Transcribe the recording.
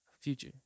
Future